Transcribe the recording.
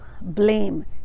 blame